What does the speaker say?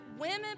Women